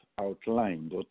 outlined